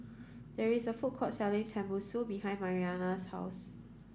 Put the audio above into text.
there is a food court selling Tenmusu behind Mariana's house